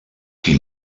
qui